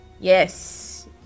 Yes